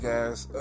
guys